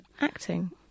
acting